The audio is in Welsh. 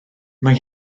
mae